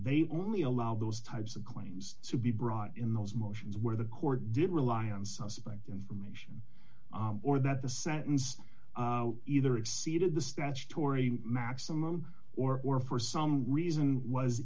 they only allow those types of claims to be brought in those motions where the court did rely on suspect information or that the sentenced either exceeded the statutory maximum or more for some reason was